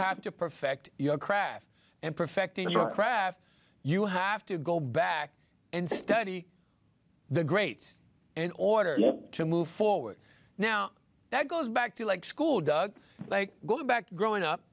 have to perfect your craft and perfecting your craft you have to go back and study the great in order to move forward now that goes back to like school does like going back growing up